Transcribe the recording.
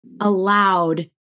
allowed